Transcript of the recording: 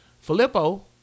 Filippo